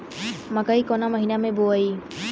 मकई कवना महीना मे बोआइ?